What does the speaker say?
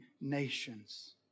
nations